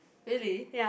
really